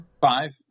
Five